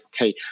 okay